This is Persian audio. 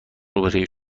روبروی